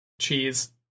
cheese